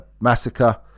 Massacre